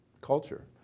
culture